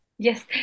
Yes